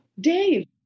Dave